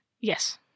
Yes